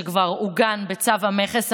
שכבר עוגן בצו המכס,